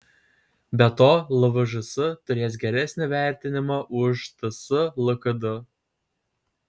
be to lvžs turės geresnį vertinimą už ts lkd